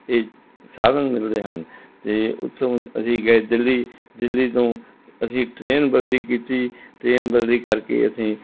ਇਹ ਸਾਧਨ ਮਿਲਦੇ ਹਨ ਅਤੇ ਉੱਥੋਂ ਅਸੀਂ ਗਏ ਦਿੱਲੀ ਦਿੱਲੀ ਤੋਂ ਅਸੀਂ ਟ੍ਰੇਨ ਬਦਲੀ ਕੀਤੀ ਟ੍ਰੇਨ ਬਦਲੀ ਕਰਕੇ ਅਸੀਂ